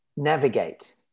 navigate